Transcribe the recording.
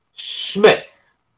Smith